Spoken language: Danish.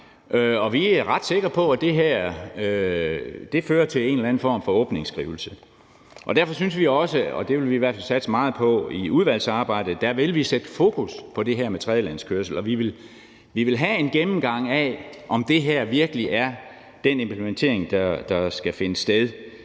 vi er ret sikre på, at det her fører til en eller anden form for åbningsskrivelse. Derfor synes vi også, og det vil vi i hvert fald satse meget på i udvalgsarbejdet, at der skal sættes fokus på det her med tredjelandskørsel. Vi vil have en gennemgang af, om det her virkelig er den implementering af vejpakken, der skal finde sted